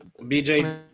BJ